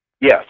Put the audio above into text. Yes